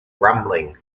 rumbling